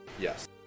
Yes